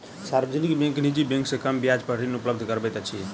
सार्वजनिक बैंक निजी बैंक से कम ब्याज पर ऋण उपलब्ध करबैत अछि